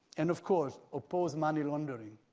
and of course, oppose money laundering.